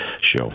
show